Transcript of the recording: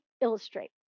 illustrate